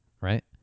right